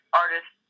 artist